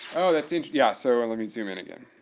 oh, that seems yeah. so, let me zoom in again.